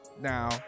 now